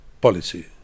policy